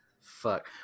Fuck